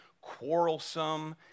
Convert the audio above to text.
quarrelsome